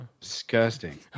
disgusting